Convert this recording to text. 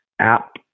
app